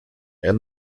and